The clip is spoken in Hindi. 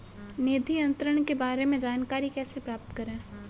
निधि अंतरण के बारे में जानकारी कैसे प्राप्त करें?